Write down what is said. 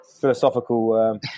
philosophical